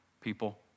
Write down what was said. people